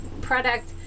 product